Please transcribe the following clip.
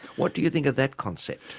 what do you think of that concept?